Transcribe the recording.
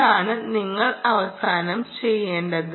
അതാണ് നിങ്ങൾ അവസാനം ചെയ്യേണ്ടത്